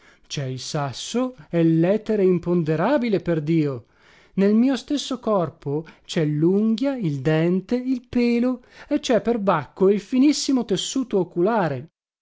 cè il sasso e letere imponderabile perdio nel mio stesso corpo cè lunghia il dente il pelo e cè perbacco il finissimo tessuto oculare